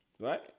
Right